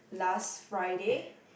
last Friday